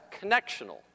connectional